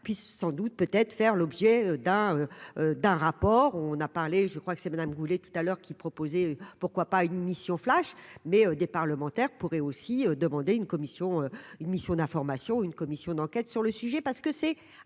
puis sans doute peut-être faire l'objet d'un d'un rapport, on a parlé, je crois que c'est Madame rouler tout à l'heure qui proposé, pourquoi pas une mission flash mais des parlementaires pourraient aussi demander une commission, une mission d'information, une commission d'enquête sur le sujet parce que c'est